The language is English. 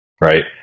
right